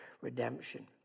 redemption